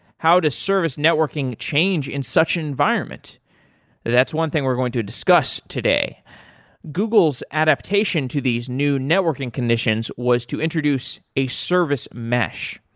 how to service networking change in such an environment, and that's one thing we're going to discuss today google's adaptation to these new networking commissions was to introduce a service mesh.